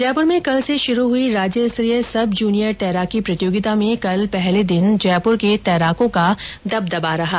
जयपुर में कल से शुरू हुई राज्यस्तरीय सब जुनियर तैराकी प्रतियोगिता में कल पहले दिन जयपुर के तैराकों का दबदबा रहा